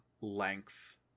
length